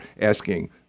asking